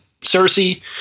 Cersei